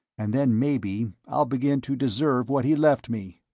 and then maybe i'll begin to deserve what he left me.